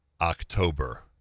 October